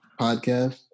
podcast